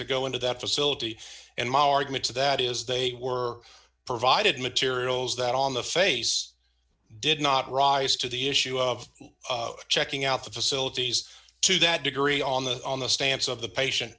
to go into that facility and my argument to that is they were provided materials that on the face did not rise to the issue of checking out the facilities to that degree on the on the stamps of the patient